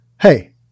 hey